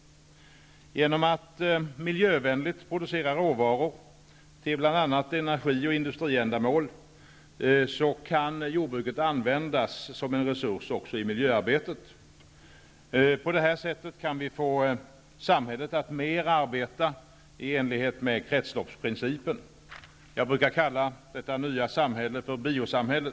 Genom att miljövänligt producera råvaror till bl.a. energi och industriändamål kan jordbruket användas som en resurs också i miljöarbetet. På detta sätt kan vi få samhället att arbeta mera i enlighet med kretsloppsprincipen. Jag brukar kalla detta nya samhälle för biosamhället.